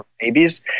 babies